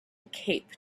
cape